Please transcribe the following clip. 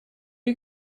you